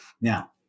now